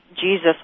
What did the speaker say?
jesus